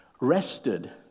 rested